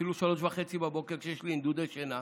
אפילו 03:30, כשיש לי נדודי שינה,